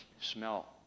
Smell